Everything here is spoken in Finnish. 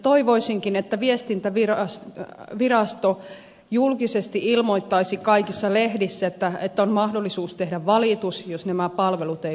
toivoisinkin että viestintävirasto julkisesti ilmoittaisi kaikissa lehdissä että on mahdollisuus tehdä valitus jos nämä palvelut eivät toimi